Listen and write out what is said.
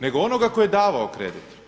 nego onoga tko je davao kredit.